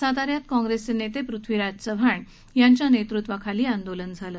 सातन्यात काँग्रेस नेते पृथ्वीराज चव्हाण यांच्या नेतृत्वाखाली आंदोलन झालं